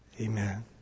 Amen